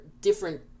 different